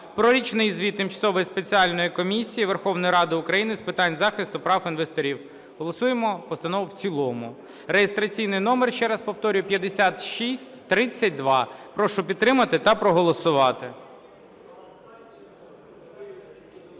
про річний звіт Тимчасової спеціальної комісії Верховної Ради України з питань захисту прав інвесторів. Голосуємо постанову в цілому, реєстраційний номер, ще раз повторюю, 5632. Прошу підтримати та проголосувати.